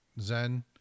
Zen